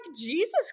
jesus